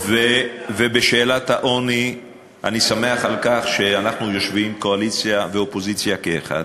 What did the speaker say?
ובשאלת העוני אני שמח על כך שאנחנו יושבים קואליציה ואופוזיציה כאחד.